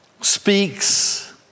speaks